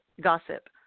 Gossip